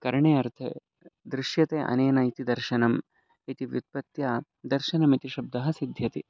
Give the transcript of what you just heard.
करणे अर्थे दृश्यते अनेन इति दर्शनम् इति व्युत्पत्या दर्शनमिति शब्दः सिद्ध्यति